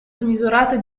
smisurata